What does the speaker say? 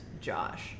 Josh